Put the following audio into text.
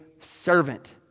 servant